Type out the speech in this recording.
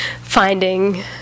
finding